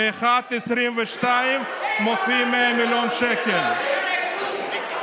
ב-2018 אביגדור ליברמן שר הביטחון מאשר את תוכנית ממדים ללימודים.